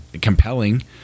compelling